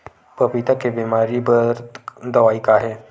पपीता के बीमारी बर दवाई का हे?